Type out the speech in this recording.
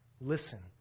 Listen